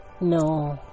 No